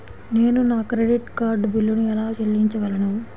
నేను నా credit card బిల్లును ఎలా చెల్లించగలను?